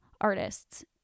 artists